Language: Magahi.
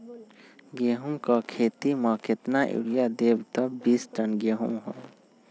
गेंहू क खेती म केतना यूरिया देब त बिस टन गेहूं होई?